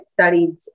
studied